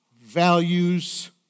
values